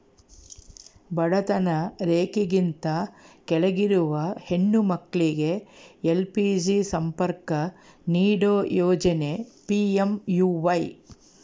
ಬಡತನ ರೇಖೆಗಿಂತ ಕೆಳಗಿರುವ ಹೆಣ್ಣು ಮಕ್ಳಿಗೆ ಎಲ್.ಪಿ.ಜಿ ಸಂಪರ್ಕ ನೀಡೋ ಯೋಜನೆ ಪಿ.ಎಂ.ಯು.ವೈ